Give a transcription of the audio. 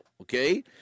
okay